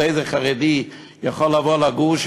אבל איך אנחנו יכולים לכנות ביקורת